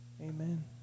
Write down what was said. Amen